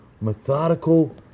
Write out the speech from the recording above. methodical